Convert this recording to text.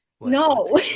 no